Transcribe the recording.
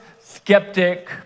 skeptic